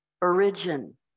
origin